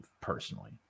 personally